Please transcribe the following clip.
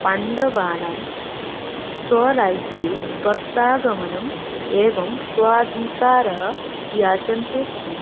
पाण्डवानां स्वराज्ये प्रत्यागमनम् एवं स्वाधिकारः याचन्ते स्म